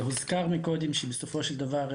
הוזכר מקודם שבסופו של דבר,